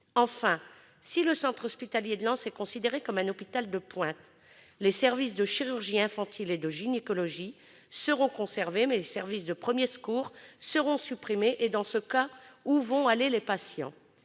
Enfin, s'il est considéré comme un « hôpital de pointe », les services de chirurgie infantile et de gynécologie seront conservés, mais les services de premier recours seront supprimés- dans ce cas, où vont aller les patients ?